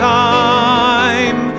time